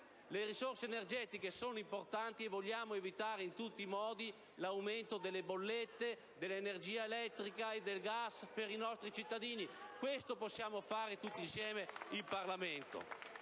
Le risorse energetiche sono importanti e vogliamo evitare in tutti i modi l'aumento delle bollette dell'energia elettrica e del gas per i nostri cittadini. *(Vivaci proteste dal Gruppo PD)*. Questo possiamo fare tutti insieme in Parlamento...